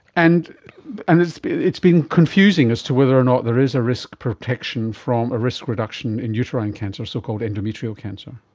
and and it's been it's been confusing as to whether or not there is a risk protection, a risk reduction in uterine cancer, so-called endometrial cancer.